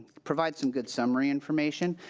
provides some good summary information.